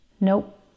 Nope